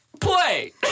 Play